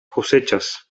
cosechas